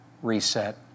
reset